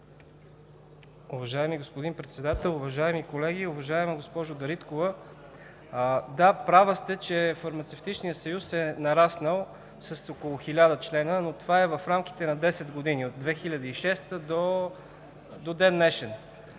Уважаеми господин Председател, уважаеми колеги! Уважаема госпожо Дариткова, да, права сте, че Фармацевтичният съюз е нараснал с около 1000 члена, но това е в рамките на 10 г. – от 2006 г. до ден-днешен.